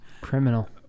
criminal